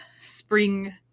spring